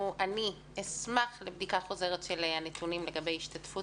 אני אשמח לבדיקה חוזרת של הנתונים לגבי ההשתתפות